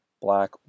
Black